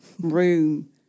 room